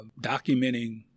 documenting